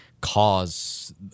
cause